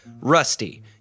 Rusty